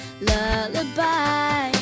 lullaby